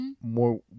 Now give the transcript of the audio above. more